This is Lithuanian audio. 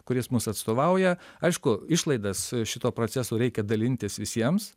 kuris mus atstovauja aišku išlaidas šito proceso reikia dalintis visiems